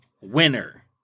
winner